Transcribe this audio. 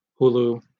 Hulu